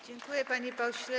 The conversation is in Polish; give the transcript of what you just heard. Dziękuję, panie pośle.